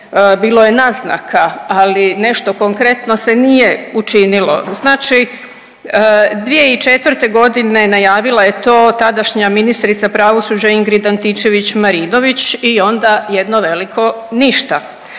Bilo je naznaka, ali nešto konkretno se nije učinilo. Znači 2004. godine najavila je to tadašnja ministrica pravosuđa Ingrid Antičević Marinović i onda jedno veliko ništa,